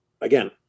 again